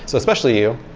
so especially you,